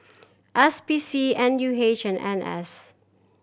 S P C N U H and N S